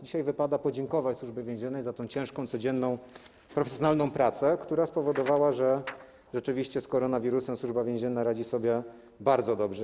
Dzisiaj wypada podziękować Służbie Więziennej za tę ciężką, codzienną, profesjonalną pracę, która spowodowała, że rzeczywiście z koronawirusem Służba Więzienna radzi sobie bardzo dobrze.